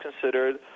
considered